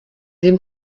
dem